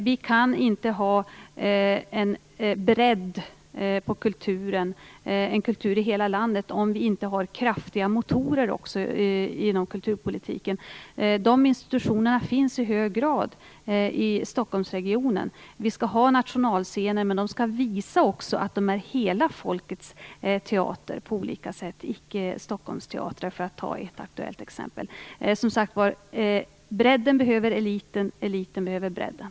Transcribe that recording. Vi kan inte ha en bredd på kulturen och en kultur i hela landet om vi inte också har kraftiga motorer inom kulturpolitiken. Dessa institutioner finns i hög grad i Stockholmsregionen. Vi skall ha nationalscener, men de skall visa att de på olika sätt är hela folkets teater och icke Stockholmsteatrar - för att ta ett aktuellt exempel. Som sagt var, bredden behöver eliten, eliten behöver bredden.